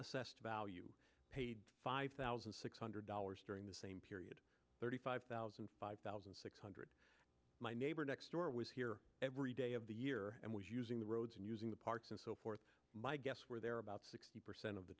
assessed value paid five thousand six hundred dollars during that thirty five thousand five thousand and six my neighbor next door was here every day of the year and was using the roads and using the parts and so forth my guess where they're about sixty percent of the